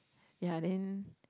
ya then